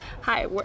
Hi